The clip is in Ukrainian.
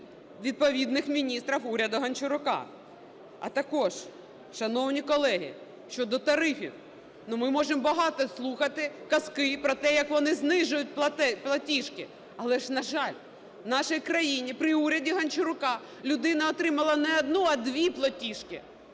відповідних міністрів уряду Гончарука. А також, шановні колеги, щодо тарифів. Ми можемо багато слухати казки про те, як вони знижують платіжки, але ж, на жаль, в нашій країні при уряді Гончарука людина отримала не одну, а дві платіжки.